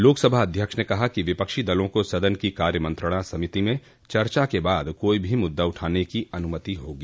लोकसभा अध्यक्ष ने कहा कि विपक्षी दलों को सदन की कार्य मंत्रणा समिति में चर्चा के बाद कोई भी मुद्दा उठाने की अनुमति होगी